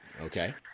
Okay